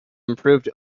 improved